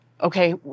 okay